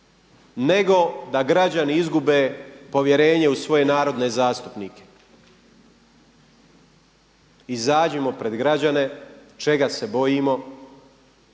nego da građani izgube povjerenje u svoje narodne zastupnike. Izađimo pred građane, čega se bojimo?